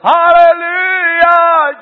Hallelujah